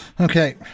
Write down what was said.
Okay